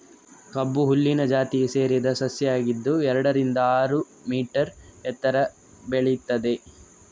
ಕಬ್ಬು ಹುಲ್ಲಿನ ಜಾತಿಗೆ ಸೇರಿದ ಸಸ್ಯ ಆಗಿದ್ದು ಎರಡರಿಂದ ಆರು ಮೀಟರ್ ಎತ್ತರ ಬೆಳೀತದೆ